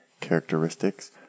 characteristics